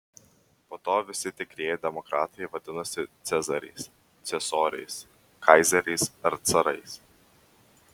po to visi tikrieji demokratai vadinosi cezariais ciesoriais kaizeriais ar carais